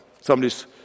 somebody's